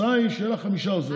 התוצאה היא שיהיו לך חמישה עוזרים.